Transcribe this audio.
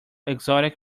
exotic